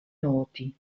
noti